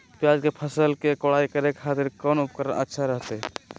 प्याज के फसल के कोढ़ाई करे खातिर कौन उपकरण अच्छा रहतय?